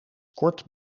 kort